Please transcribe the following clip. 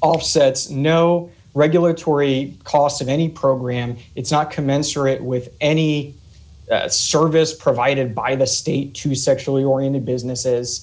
offsets no regulatory cost of any program it's not commensurate with any service provided by the state to sexually oriented businesses